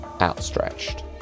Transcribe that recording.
outstretched